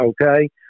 okay